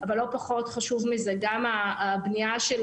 אבל לא פחות חשוב מזה גם הבנייה של